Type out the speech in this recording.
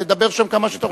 תדבר שם כמה שאתה רוצה.